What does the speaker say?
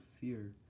fear